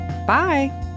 Bye